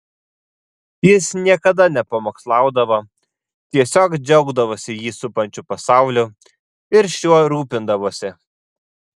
jis niekada nepamokslaudavo tiesiog džiaugdavosi jį supančiu pasauliu ir šiuo rūpindavosi